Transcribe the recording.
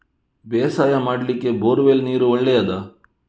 ಬೇಸಾಯ ಮಾಡ್ಲಿಕ್ಕೆ bore well ನೀರು ಒಳ್ಳೆಯದಾ?